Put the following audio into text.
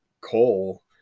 coal